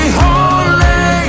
holy